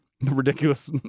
ridiculous